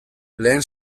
lehen